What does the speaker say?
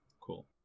Cool